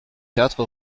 quatre